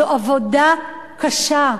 זו עבודה קשה.